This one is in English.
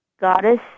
goddess